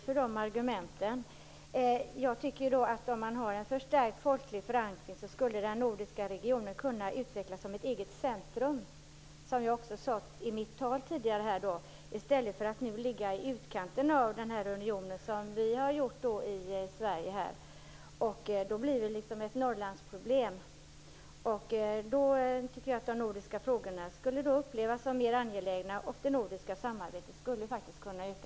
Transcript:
Fru talman! Jag faller inte för de argumenten. Om den folkliga förankringen stärks skulle den nordiska regionen kunna utvecklas till ett eget centrum i stället för att vi skall ligga i utkanten av regionen som har varit aktuellt för Sveriges del. Då blir vi som ett Med direktval skulle de nordiska frågorna upplevas som mer angelägna samtidigt som det nordiska samarbetet skulle kunna öka.